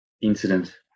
incident